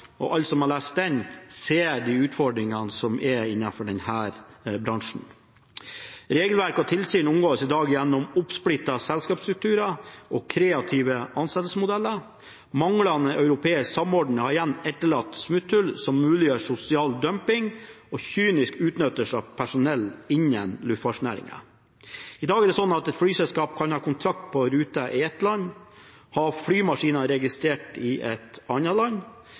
som har lest den, ser de utfordringene som er innenfor denne bransjen. Regelverk og tilsyn omgås i dag gjennom oppsplittede selskapsstrukturer og kreative ansettelsesmodeller. Manglende europeisk samordning har igjen etterlatt smutthull som muliggjør sosial dumping og kynisk utnyttelse av personell innen luftfartsnæringen. I dag kan et flyselskap ha kontrakt på ruter i ett land, ha flymaskiner registrert i et annet, være eid av et tredje land